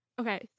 Okay